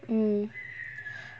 mm